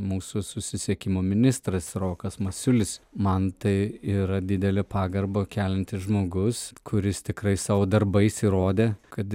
mūsų susisiekimo ministras rokas masiulis man tai yra didelę pagarbą keliantis žmogus kuris tikrai savo darbais įrodė kad